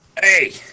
Hey